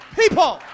people